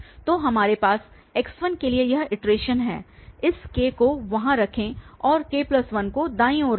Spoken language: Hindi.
तो हमारे पास x1 के लिए यह इटरेशन है इस k को वहां रखें और k1 को बाईं ओर रखें